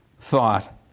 thought